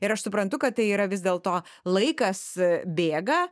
ir aš suprantu kad tai yra vis dėlto laikas bėga